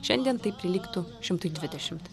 šiandien tai prilygtų šimtui dvidešimt